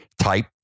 type